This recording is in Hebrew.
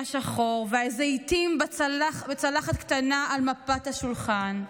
שחור / והזיתים בצלחת קטנה על מפת השולחן.